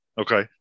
Okay